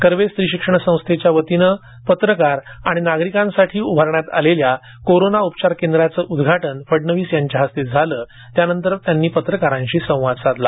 कर्वे स्त्री शिक्षण संस्थेतर्फे पत्रकार आणि नागरिकांसाठी उभारण्यात आलेल्या कोरोना उपचार केंद्रच उदघाटन फडणवीस यांच्या हस्ते झालं त्यानंतर त्यांनी पत्रकारांशी संवाद साधला